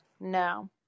No